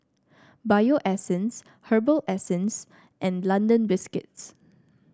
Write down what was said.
Bio Essence Herbal Essences and London Biscuits